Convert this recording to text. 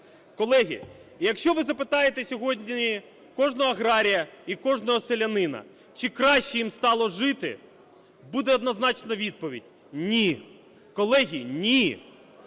Колеги, якщо ви запитаєте сьогодні кожного аграрія і кожного селянина, чи краще їм стало жити, буде однозначна відповідь – ні. Колеги, ні.